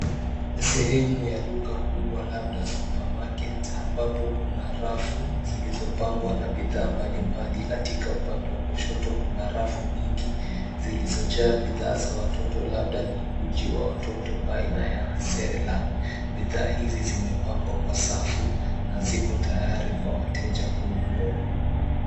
Sehemu ya duka kubwa labda supermarket ambapo kuna rafu zilizopangwa na bidhaa mbalimbali. Katika upande wa kushoto kuna rafu nyingi zilizojaa bidhaa za watoto labda ni uji wa watoto aina ya []serelac[]. Bidhaa hizi zimepangwa kwa safu na ziko tayari kwa wateja kununua.